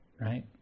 right